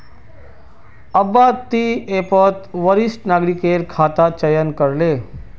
अब्बा ती ऐपत वरिष्ठ नागरिकेर खाता चयन करे ले